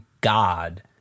god